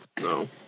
No